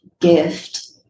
gift